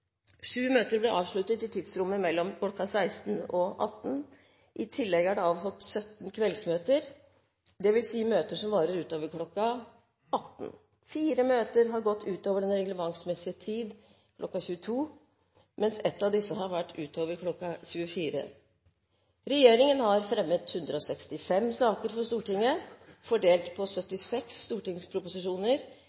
Sju møter ble avsluttet i tidsrommet mellom kl. 16 og 18. I tillegg er det avholdt 17 kveldsmøter, dvs. møter som varer utover kl. 18. Fire møter har gått utover den reglementsmessige tid, kl. 22, mens ett av disse har vart utover kl. 24. Regjeringen har fremmet 165 saker for Stortinget, fordelt på